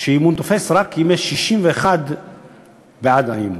שאי-אמון תופס רק אם יש 61 בעד האי-אמון.